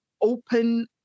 open